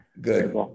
good